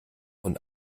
und